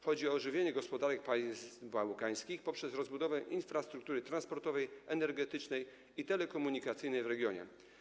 Chodzi o ożywienie gospodarek państw bałkańskich poprzez rozbudowę infrastruktury transportowej, energetycznej i telekomunikacyjnej w regionie.